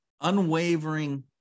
unwavering